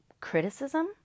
criticism